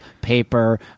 paper